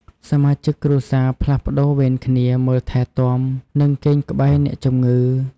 សមាជិកគ្រួសារផ្លាស់ប្តូរវេនគ្នា មើលថែទាំ និងគេងក្បែរអ្នកជម្ងឺ។